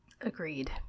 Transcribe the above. Agreed